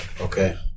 okay